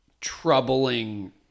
troubling